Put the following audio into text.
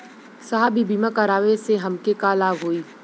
साहब इ बीमा करावे से हमके का लाभ होई?